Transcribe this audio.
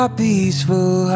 peaceful